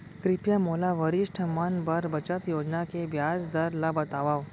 कृपया मोला वरिष्ठ मन बर बचत योजना के ब्याज दर ला बतावव